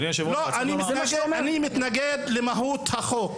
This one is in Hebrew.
לא, אני מתנגד למהות החוק.